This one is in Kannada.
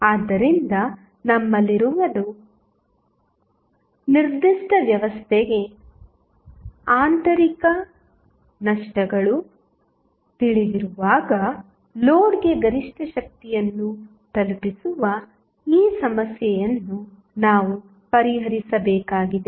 ಆದ್ದರಿಂದ ನಮ್ಮಲ್ಲಿರುವದು ನಿರ್ದಿಷ್ಟ ವ್ಯವಸ್ಥೆಗೆ ಆಂತರಿಕ ನಷ್ಟಗಳು ತಿಳಿದಿರುವಾಗ ಲೋಡ್ಗೆ ಗರಿಷ್ಠ ಶಕ್ತಿಯನ್ನು ತಲುಪಿಸುವ ಈ ಸಮಸ್ಯೆಯನ್ನು ನಾವು ಪರಿಹರಿಸಬೇಕಾಗಿದೆ